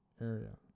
area